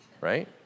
right